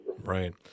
Right